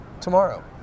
tomorrow